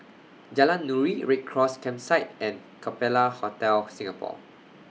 Jalan Nuri Red Cross Campsite and Capella Hotel Singapore